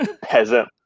peasant